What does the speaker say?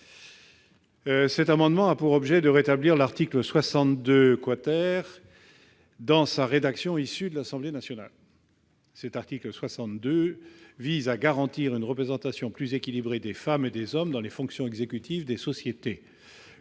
Cet amendement a pour objet de rétablir l'article 62 dans sa rédaction issue des travaux de l'Assemblée nationale. Cet article visait à garantir une représentation plus équilibrée des femmes et des hommes dans les fonctions exécutives des sociétés.